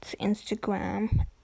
Instagram